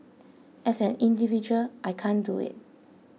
as an individual I can't do it